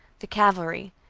the cavalry.